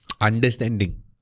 understanding